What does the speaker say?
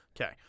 Okay